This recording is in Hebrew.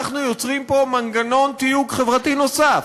אנחנו יוצרים פה מנגנון תיוג חברתי נוסף,